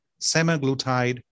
semaglutide